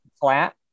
Flat